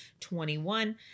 21